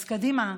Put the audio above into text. אז קדימה,